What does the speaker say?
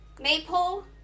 maple